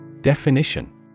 Definition